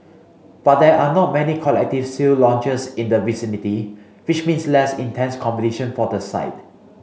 but there are not many collective sale launches in the vicinity which means less intense competition for the site